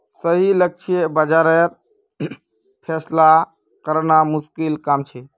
सही लक्ष्य बाज़ारेर फैसला करना मुश्किल काम छे